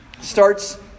starts